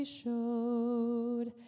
showed